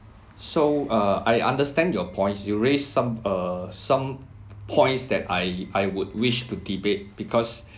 so err I understand your points you raised some err some points that I I would wish to debate because